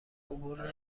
عبور